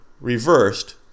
reversed